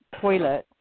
toilet